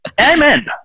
Amen